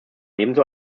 ebenso